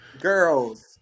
girls